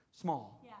small